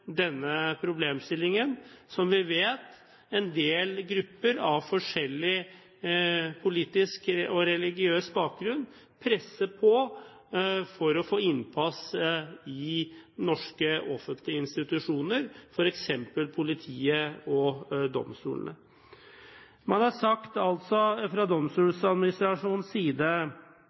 denne problemstillingen. Vi vet en del grupper av forskjellig politisk og religiøs bakgrunn presser på for å få innpass for dette i norske offentlige institusjoner, f.eks. i politiet og domstolene. Man har altså fra Domstoladministrasjonens side